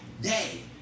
day